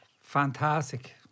Fantastic